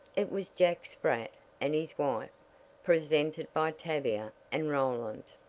it was jack spratt and his wife presented by tavia and roland.